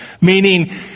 Meaning